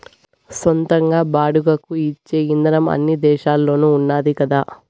సొంతంగా బాడుగకు ఇచ్చే ఇదానం అన్ని దేశాల్లోనూ ఉన్నాది కదా